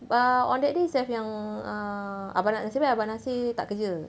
err on that day itself yang err abang nasir nasib baik abang nasir tak kerja